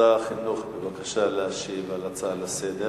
שר החינוך, בבקשה להשיב על ההצעה לסדר-היום.